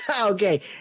Okay